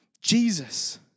Jesus